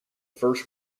first